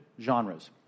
genres